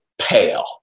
pale